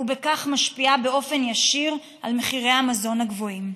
שבכך משפיעה באופן ישיר על מחירי המזון הגבוהים.